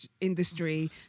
industry